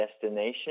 destination